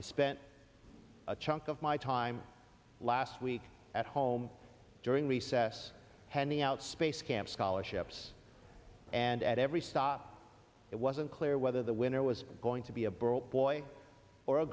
i spent a chunk of my time last week at home during recess handing out space camp scholarships and at every stop it was unclear whether the winner was going to be a broke boy or a